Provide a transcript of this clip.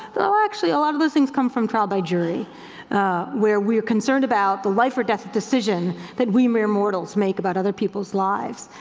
well actually a lot of those things come from trial by jury where we're concerned about the life-or-death decision that we mere mortals make about other people's lives.